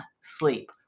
sleep